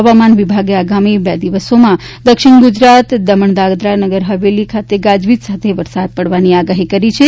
હવામાન વિભાગે આગામી બે દિવસોમાં દક્ષિણ ગુજરાત દમણ દાદરા નગર હવેલી ખાતે ગાજવીજ સાથે વરસાદ પડવાની આગાહી કરી છે